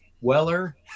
Weller